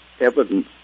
evidence